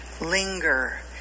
Linger